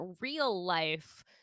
real-life